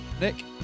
Nick